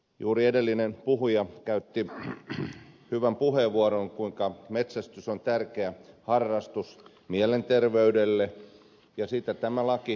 juuri edellinen puhuja käytti hyvän puheenvuoron siitä kuinka metsästys on tärkeä harrastus mielenterveyden kannalta ja sen tämä laki mielestäni juuri mahdollistaa